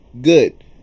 good